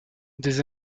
des